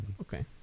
Okay